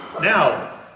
Now